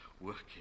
working